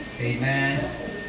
Amen